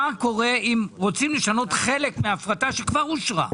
קורה אם רוצים לשנות חלק מן ההפרטה שכבר אושרה.